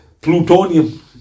Plutonium